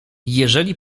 jeżeli